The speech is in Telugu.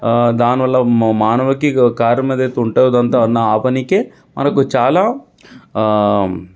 దానివల్ల మా మానవకి కారణమేదైతే ఉంటుందో ఇదంతా ఆపడానికి మనకు చాలా